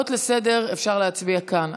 גברתי היושבת-ראש, אפשר להצביע מכאן?